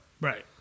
right